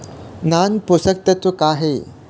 नान पोषकतत्व का हे?